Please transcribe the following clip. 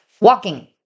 walking